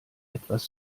etwas